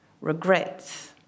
regrets